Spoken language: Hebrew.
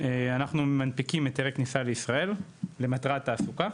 אנחנו מנפיקים היתרי כניסה לישראל, למטרת תעסוקה,